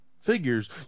figures